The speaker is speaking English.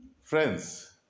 Friends